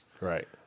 Right